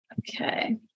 Okay